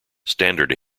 standard